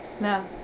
no